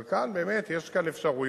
אבל כאן באמת יש אפשרויות,